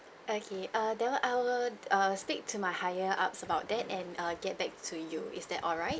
okay err that one I'll err speak to my higher up about that and err get back to you is that alright